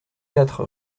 quatre